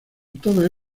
toda